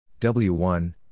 W1 –